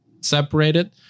separated